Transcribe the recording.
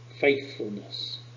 faithfulness